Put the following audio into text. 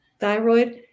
thyroid